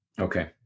Okay